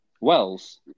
wells